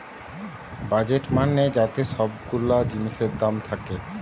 budget মানে যাতে সব গুলা জিনিসের দাম থাকে